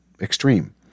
extreme